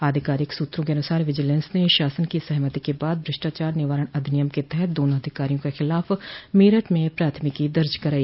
आधिकारिक सूत्रों के अनुसार बिजिलेंस ने शासन की सहमति के बाद भ्रष्टाचार निवारण अधिनियम के तहत दोनों अधिकारियों के खिलाफ मेरठ में प्राथमिकी दर्ज कराई